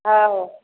हँ